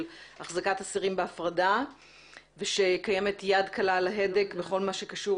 אחזקת אסירים בהפרדה ושקיימת יד קלה על ההדק בכל מה שקשור